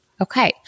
Okay